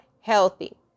healthy